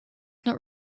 not